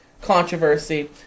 controversy